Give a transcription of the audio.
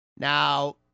Now